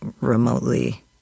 remotely